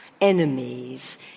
enemies